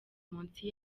munsi